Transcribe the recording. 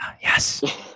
yes